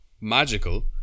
Magical